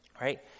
right